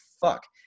fuck